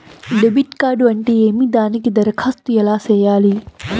debit card అంటే ఏమి దానికి దరఖాస్తు ఎలా సేయాలి